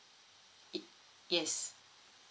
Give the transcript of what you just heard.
y~ yes